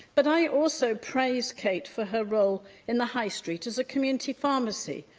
but i also praise kate for her role in the high street as a community pharmacy,